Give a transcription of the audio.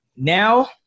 Now